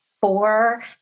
four